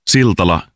Siltala